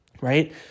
right